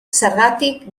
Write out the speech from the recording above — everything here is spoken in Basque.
zergatik